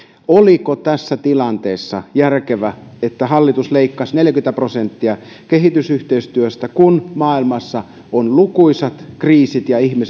oliko tässä tilanteessa järkevää että hallitus leikkasi neljäkymmentä prosenttia kehitysyhteistyöstä kun maailmassa on lukuisia kriisejä ja ihmiset